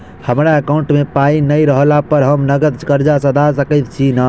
हमरा एकाउंट मे पाई नै रहला पर हम नगद कर्जा सधा सकैत छी नै?